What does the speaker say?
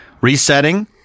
resetting